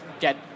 get